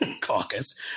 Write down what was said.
Caucus